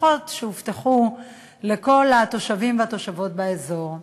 הבטחות שהובטחו לכל התושבים והתושבות באזור.